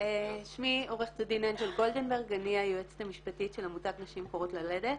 אני היועצת המשפטית של עמותת נשים קוראות ללדת.